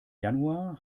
januar